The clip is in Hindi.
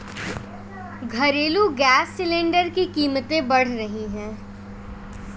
घरेलू गैस सिलेंडर की कीमतें बढ़ रही है